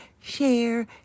share